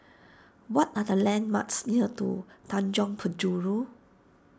what are the landmarks near to Tanjong Penjuru